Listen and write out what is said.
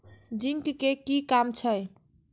Zinc के कि काम छै?